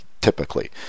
typically